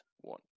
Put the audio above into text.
one